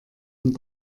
und